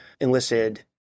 enlisted